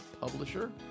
publisher